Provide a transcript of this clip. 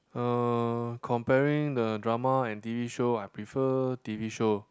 uh comparing the drama and T_V show I prefer T_V show